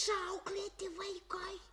išauklėti vaikai